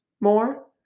more